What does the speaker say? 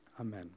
Amen